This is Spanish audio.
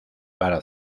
para